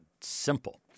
simple